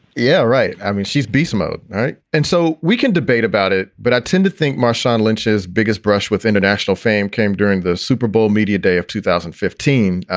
yeah, right. i mean, she's beast mode, right? and so we can debate about it. but i tend to think marshawn lynch, his biggest brush with international fame, came during the super bowl media day of two thousand and fifteen.